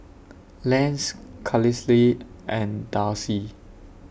Lance Carlisle and Darcy